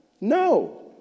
No